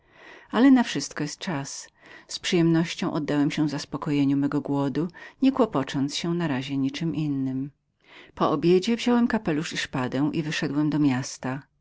ale na wszystko jest czas z przyjemności oddałem się zaspokojeniu mego głodu po obiedzie wziąłem kapelusz i szpadę i wyszedłem do miasta